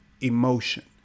emotion